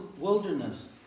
wilderness